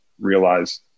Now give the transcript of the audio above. realize